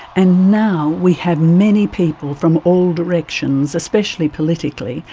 and now we have many people from all directions, especially politically,